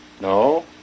no